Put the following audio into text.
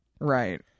Right